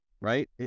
right